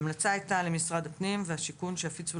ההמלצה הייתה למשרד הפנים ומשרד השיכון שיפיצו